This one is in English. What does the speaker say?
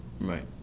Right